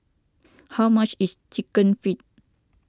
how much is Chicken Feet